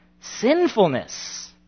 sinfulness